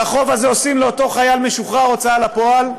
על החוב הזה עושים לאותו חייל משוחרר הוצאה לפועל.